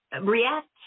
React